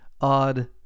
odd